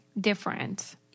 different